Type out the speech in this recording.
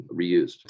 reused